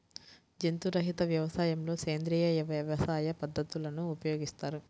జంతు రహిత వ్యవసాయంలో సేంద్రీయ వ్యవసాయ పద్ధతులను ఉపయోగిస్తారు